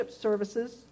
services